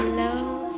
love